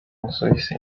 busuwisi